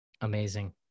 Amazing